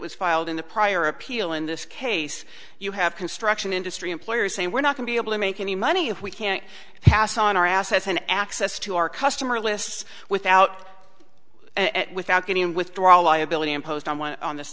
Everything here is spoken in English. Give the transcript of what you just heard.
was filed in the prior appeal in this case you have construction industry employees saying we're not going be able to make any money if we can't pass on our assets and access to our customer lists without and without getting withdraw liability imposed on one on this